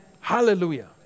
Hallelujah